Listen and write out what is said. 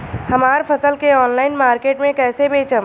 हमार फसल के ऑनलाइन मार्केट मे कैसे बेचम?